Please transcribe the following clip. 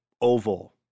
oval